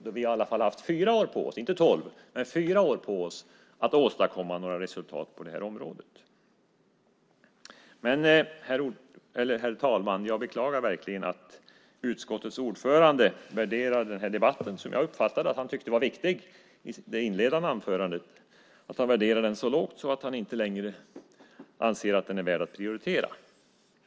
Då har vi i alla fall haft fyra år på oss - inte tolv - att åstadkomma några resultat på detta område. Herr talman! Jag beklagar verkligen att utskottets ordförande värderar den här debatten, som jag uppfattade att han i sitt inledande anförande tyckte var viktig, så lågt att han inte längre anser att den är värd att prioritera.